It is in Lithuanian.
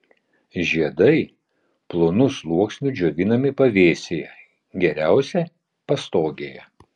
žiedai plonu sluoksniu džiovinami pavėsyje geriausia pastogėje